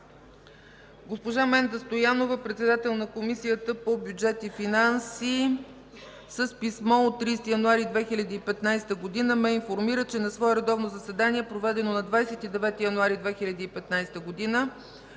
Госпожа Менда Стоянова – председател на Комисията по бюджет и финанси, с писмо от 30 януари 2015 г. ме информира, че на свое редовно заседание, проведено на 29 януари 2015 г.,